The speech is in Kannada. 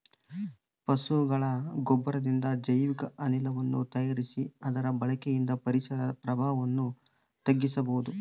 ಪಶುಗಳ ಗೊಬ್ಬರದಿಂದ ಜೈವಿಕ ಅನಿಲವನ್ನು ತಯಾರಿಸಿ ಅದರ ಬಳಕೆಯಿಂದ ಪರಿಸರದ ಪ್ರಭಾವವನ್ನು ತಗ್ಗಿಸಬಹುದು